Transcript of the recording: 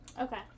Okay